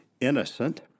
innocent